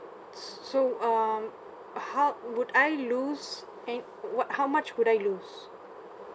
so um how would I lose any what how much would I lose